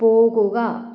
പോകുക